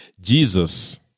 Jesus